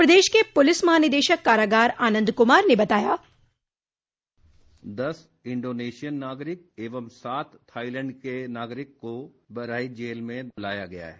प्रदेश के प्रलिस महानिदेशक कारागार आनंद कुमार ने बताया इंडोनेशियन नागरिक एवं सात थाइलैंड के नागरिक को बहराइच जेल में लाया गया है